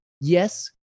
yes